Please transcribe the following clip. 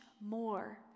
more